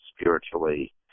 spiritually